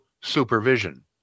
supervision